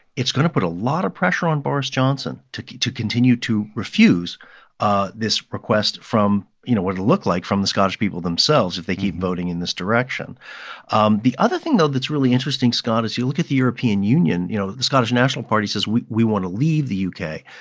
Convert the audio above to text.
it's going to put a lot of pressure on boris johnson to continue to refuse ah this request from you know, what'll look like from the scottish people themselves if they keep voting in this direction um the other thing, though, that's really interesting, scott, is you look at the european union you know, the scottish national party says, we we want to leave the u k.